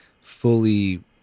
fully